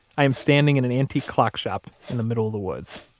i am standing in an antique clock shop in the middle of the woods.